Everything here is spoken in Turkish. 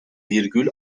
virgül